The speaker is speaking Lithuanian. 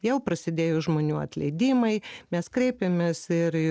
jau prasidėjo žmonių atleidimai mes kreipėmės ir į